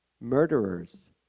murderers